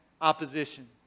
opposition